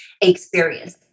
experience